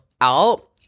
out